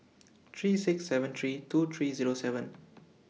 three six seven three two three Zero seven